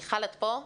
מיכל, את פה?